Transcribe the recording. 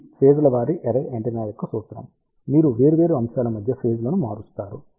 ఇది ఫేజ్ల వారీ అర్రే యాంటెన్నా యొక్క సూత్రం మీరు వేర్వేరు అంశాల మధ్య ఫేజ్ లను మారుస్తారు